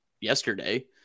yesterday